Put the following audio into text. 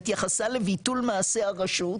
התייחסה לביטול מעשה הרשות,